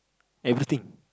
everything